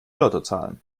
lottozahlen